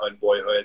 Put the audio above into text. boyhood